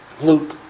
Luke